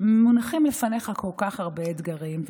מונחים לפניך כל כך הרבה אתגרים,